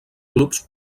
clubs